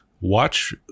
Watch